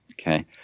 Okay